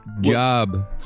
job